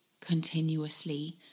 Continuously